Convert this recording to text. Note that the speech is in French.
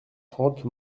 trente